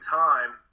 time